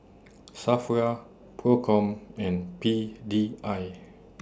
SAFRA PROCOM and P D I